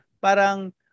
Parang